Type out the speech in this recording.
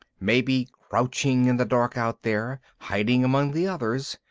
maybe crouching in the dark out there, hiding among the others,